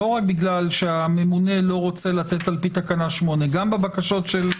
לא רק בגלל שהממונה לא רוצה לתת על פי תקנה 8. גם בבקשות של 8א,